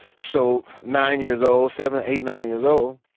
so nine years old, seven, eight, nine years old